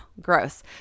Gross